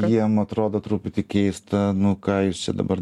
jiem atrodo truputį keista nu ką jūs čia dabar